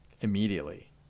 immediately